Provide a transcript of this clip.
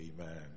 Amen